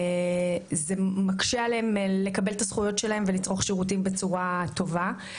זה מקשה עליהם לקבל את הזכויות שלהם ולצרוך שירותים בצורה טובה.